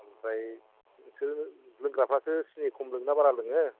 ओमफ्राय बेसोर लोंग्राफ्रासो सिनि खम लोङो ना बारा लोङो